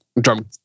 drum